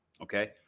Okay